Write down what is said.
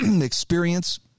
experience